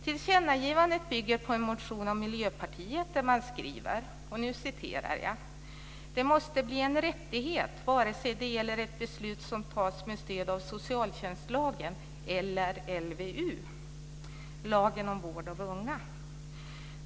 Tillkännagivandet bygger på en motion från Miljöpartiet där man skriver följande: "Det måste bli en rättighet vare sig det gäller ett beslut som tas med stöd av socialtjänstlagen eller LVU", dvs.